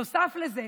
נוסף לזה,